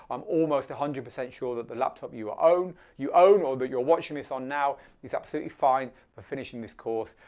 i'm almost a one hundred percent sure that the laptop you own you own or that you're watching this on now is absolutely fine for finishing this course.